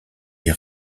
est